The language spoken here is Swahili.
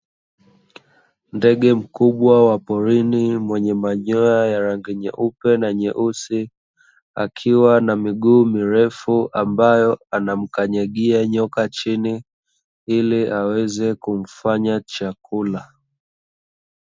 Ndege mkubwa wa porini mwenye manyoya ya rangi nyeupe na nyeusi akiwa na miguu mirefu, ambayo anamkanyagia nyoka chini ili aweze kumfanya chakula.